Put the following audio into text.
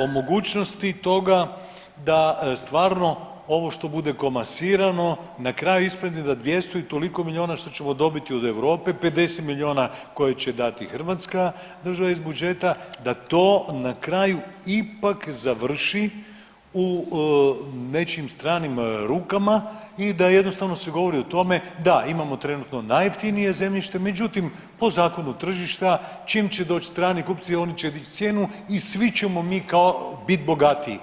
o mogućnosti toga da stvarno ovo što bude komasirano na kraju ispadne da 200 i toliko milijuna što ćemo dobiti od Europe, 50 milijuna koje će dati Hrvatska država iz budžeta da to na kraju ipak završi u nečijim stranim rukama i da jednostavno se govori o tome, da imamo trenutno najjeftinije zemljište međutim po zakonu tržišta čim će doći strani kupci oni će dići cijenu i svi ćemo mi kao bit bogatiji.